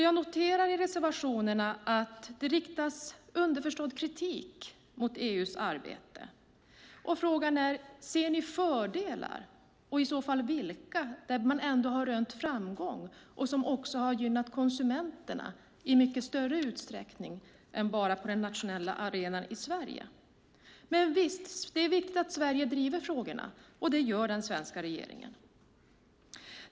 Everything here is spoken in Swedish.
Jag noterar i reservationerna att det riktas underförstådd kritik mot EU:s arbete. Frågan är om ni ser fördelar, och i så fall vilka, där man ändå har rönt framgång och där man har gynnat konsumenterna än bara på den nationella arenan i Sverige. Men visst är det viktigt att Sverige driver frågorna. Och det gör den svenska regeringen.